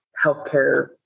healthcare